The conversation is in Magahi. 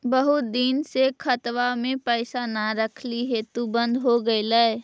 बहुत दिन से खतबा में पैसा न रखली हेतू बन्द हो गेलैय?